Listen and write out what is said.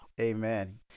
Amen